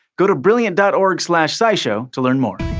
go to brilliant dot org slash scishow to learn more.